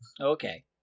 Okay